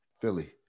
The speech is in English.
Philly